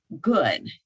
good